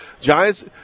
Giants